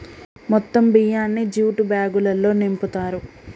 మొత్తం బియ్యాన్ని జ్యూట్ బ్యాగులల్లో నింపుతారు